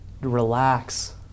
Relax